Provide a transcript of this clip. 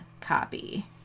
copy